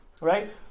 right